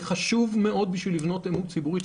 זה חשוב מאוד בשביל לבנות אמון ציבורי.